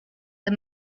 the